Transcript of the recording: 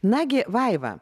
nagi vaiva